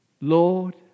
Lord